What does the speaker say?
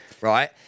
right